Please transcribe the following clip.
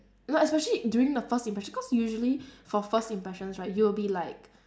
no especially during the first impression cause usually for first impressions right you'll be like